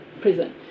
prison